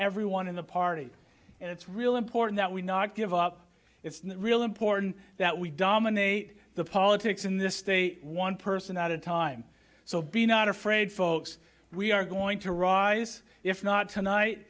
everyone in the party and it's real important that we not give up it's really important that we dominate the politics in this state one person at a time so be not afraid folks we are going to rise if not tonight